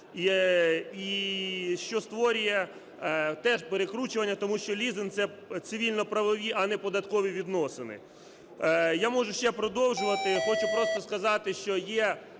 що створює теж перекручування, тому що лізинг – це цивільно-правові, а не податкові відносини. Я можу ще продовжувати. Я хочу просто сказати, що є